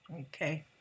Okay